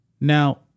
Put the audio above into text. Now